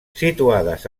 situades